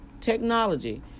technology